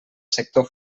sector